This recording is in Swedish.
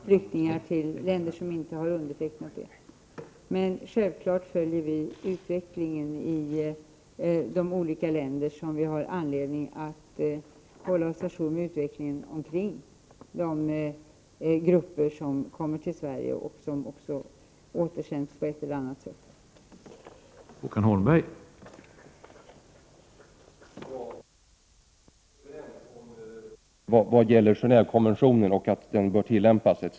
Herr talman! Låt mig återigen påpeka att den fråga som jag svarade på uttryckligen gällde Gen&vekonventionen och återsändandet av flyktingar till länder som inte har undertecknat den. Men självfallet följer vi utvecklingen i de olika länder varifrån det kommer flyktingar till Sverige och i de länder som de av ett eller annat skäl återsänds till.